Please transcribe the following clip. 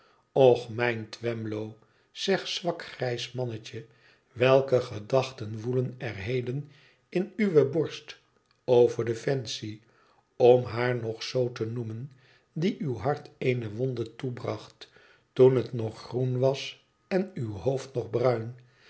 och mijn twemlow g zwak grijs mannetje welke gedachten woelen er heden in uwe borst over de fancy om haar nog zoo te noemen die uw hart eene wonde toebracht toen het nog groen was en uw hoofd nog bruin